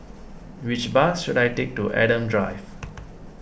which bus should I take to Adam Drive